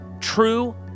true